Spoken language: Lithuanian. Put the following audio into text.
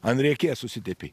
ant riekės užsitepi